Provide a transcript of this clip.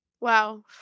Wow